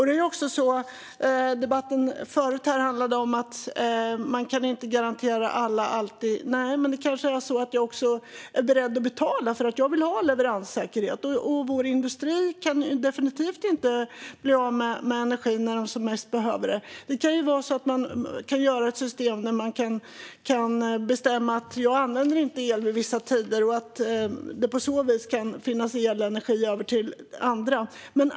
Den tidigare debatten handlade om att man inte alltid kan ge garantier åt alla. Nej, men det kanske är så att jag är beredd att betala för leveranssäkerhet. Vår industri kan definitivt inte bli av med energin när de som mest behöver den. Det kanske går att skapa ett system där man kan bestämma att man inte använder el vid vissa tider, så att det på så vis kan finnas elenergi över till andra.